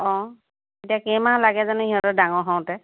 অঁ এতিয়া কেইমাহ লাগে জানো সিহঁতেৰ ডাঙৰ হওতে